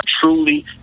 truly